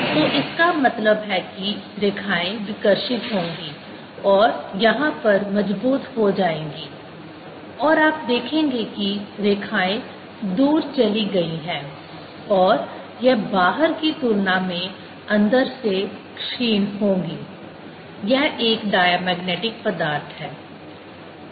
तो इसका मतलब है कि रेखाएँ विकर्षित होंगी और यहाँ पर मजबूत हो जाएँगी और आप देखेंगे कि रेखाएँ दूर चली गई हैं और यह बाहर की तुलना में अंदर से क्षीण होगी यह एक डायमैगनेटिक पदार्थ है